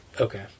Okay